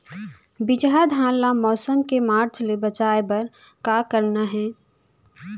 बिजहा धान ला मौसम के मार्च ले बचाए बर का करना है?